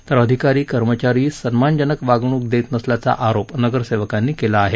तर अधिकारी कर्मचारी सन्मानजनक वागणूक देत नसल्याचा आरोप नगरसेवकांनी केला आहे